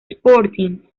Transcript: sporting